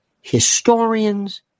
historians